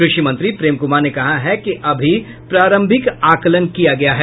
क्रषि मंत्री प्रेम कुमार ने कहा कि अभी प्रारंभिक आकलन किया गया है